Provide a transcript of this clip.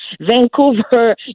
Vancouver